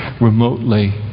remotely